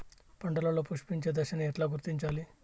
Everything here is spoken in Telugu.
పంటలలో పుష్పించే దశను ఎట్లా గుర్తించాలి?